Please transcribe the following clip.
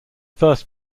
first